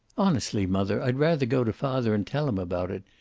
honestly, mother, i'd rather go to father and tell him about it.